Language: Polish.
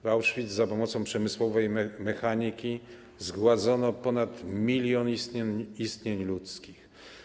W Auschwitz za pomocą przemysłowej mechaniki zgładzono ponad milion istnień ludzkich.